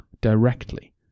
directly